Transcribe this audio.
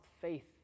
faith